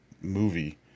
movie